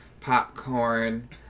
popcorn